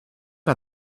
got